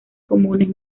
comunes